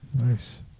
Nice